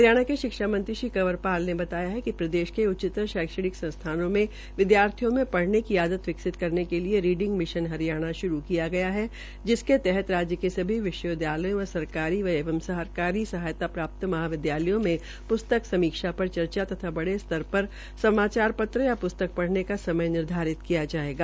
हरियाणा के शिक्षा मंत्री श्री कंवर पाल ने बताया है कि प्रदेश के उच्चतर शैक्षणिक संस्थानों में विद्यार्थियों में पढऩे की आदत विकसित करने के लिएरीडिंग मिशन हरियाणा श्रू किया गया है जिसके तहत राज्य के सभी विश्वविद्यालयों व सरकारी एवं सरकारी सहायता प्राप्त महाविद्यालयों में पुस्तक समीक्षा पर चर्चा तथा बड़े स्तर लेवल पर समाचार पत्र या प्स्तक पढऩे का समय निर्धारित किया जाएगा